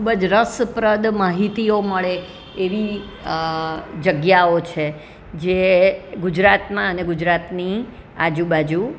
ખૂબ જ રસપ્રદ માહિતીઓ મળે એવી જગ્યાઓ છે જે ગુજરાતમાં અને ગુજરાતની આજુબાજુ